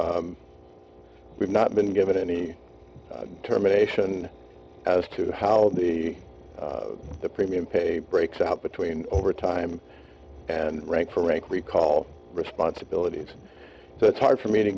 we've not been given any terminations as to how the premium pay breaks out between overtime and rank for rank recall responsibilities so it's hard for me to